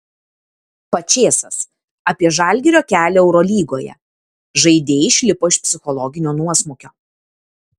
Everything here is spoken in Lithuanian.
pačėsas apie žalgirio kelią eurolygoje žaidėjai išlipo iš psichologinio nuosmukio